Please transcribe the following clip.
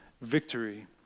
victory